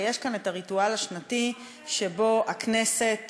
ויש כאן הריטואל השנתי שבו הכנסת